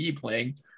playing